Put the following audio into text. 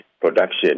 production